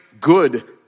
good